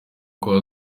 kwa